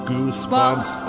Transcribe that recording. Goosebumps